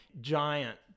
giant